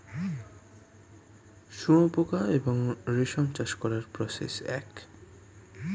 শুয়োপোকা এবং রেশম চাষ করার প্রসেস এক